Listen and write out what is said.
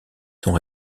sont